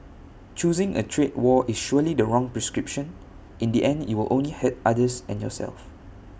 choosing A trade war is surely the wrong prescription in the end you will only hurt others and yourself